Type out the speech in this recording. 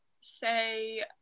say